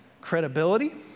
credibility